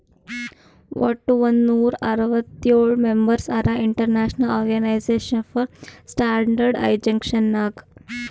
ವಟ್ ಒಂದ್ ನೂರಾ ಅರ್ವತ್ತೋಳ್ ಮೆಂಬರ್ಸ್ ಹರಾ international organization for standardization Nag